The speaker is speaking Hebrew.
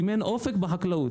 אם אין אופק בחקלאות,